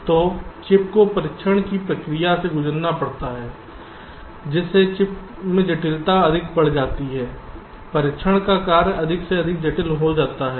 तो चिप को परीक्षण की प्रक्रिया से गुजरना पड़ता है जिस से चिप में जटिलता अधिक बढ़ जाती है परीक्षण का कार्य अधिक से अधिक कठिन हो जाता है